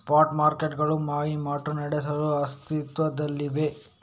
spot ಮಾರುಕಟ್ಟೆಗಳು ವಹಿವಾಟು ನಡೆಸಲು ಅಸ್ತಿತ್ವದಲ್ಲಿವೆ